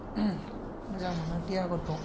मोजां मोनो देहाफोरखौ